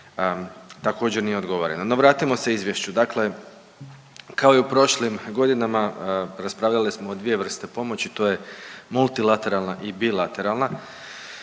također nije odgovoreno. No vratimo se izvješću. Dakle, kao i u prošlim godinama raspravljali smo o dvije vrste pomoći, to je multilateralna i bilateralna.